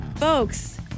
Folks